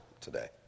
today